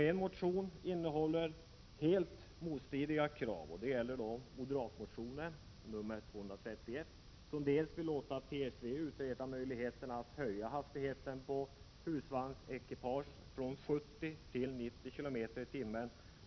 En motion innehåller helt motstridiga krav, nämligen moderatmotionen nr 231 enligt vilken man vill låta TSV utreda möjligheten att höja hastigheten på husvagnsekipage från 70 till 90 km/tim.